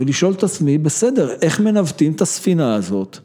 ולשאול את עצמי, בסדר, איך מנוותים את הספינה הזאת?